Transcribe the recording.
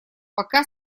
пока